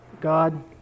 God